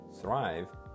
thrive